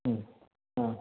മ്മ് ആ